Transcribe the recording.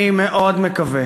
אני מאוד מקווה